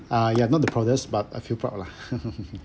uh yeah not the proudest but I feel proud lah